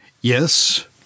Yes